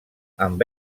amb